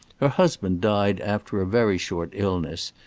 her husband died after a very short illness,